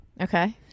okay